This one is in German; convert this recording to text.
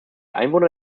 einwohner